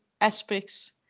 aspects